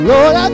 Lord